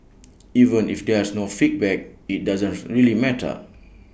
even if there's no feedback IT doesn't really matter